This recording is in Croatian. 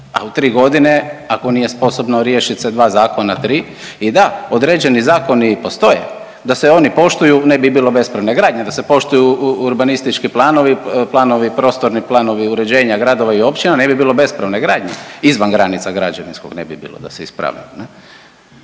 a u tri godine ako nije sposobno riješit se dva zakona, tri i da određeni zakoni postoje. Da se oni poštuju ne bi bilo bespravne gradnje, da se poštuju urbanistički planovi, prostorni planovi uređenja gradova i općina ne bi bilo bespravne gradnje izvan granica građevinskog ne bi bilo da se ispravim.